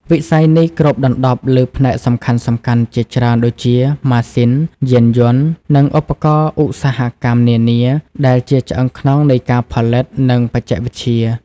វិស័យនេះគ្របដណ្ដប់លើផ្នែកសំខាន់ៗជាច្រើនដូចជា ម៉ាស៊ីន យានយន្ត និងឧបករណ៍ឧស្សាហកម្ម នានា ដែលជាឆ្អឹងខ្នងនៃការផលិត និងបច្ចេកវិទ្យា។